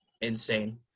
insane